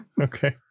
Okay